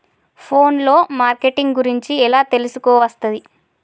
Phone లో marketing గురించి ఎలా తెలుసుకోవస్తది?